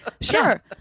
sure